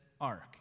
ark